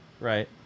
right